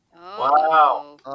Wow